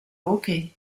hockey